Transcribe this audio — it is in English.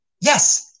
Yes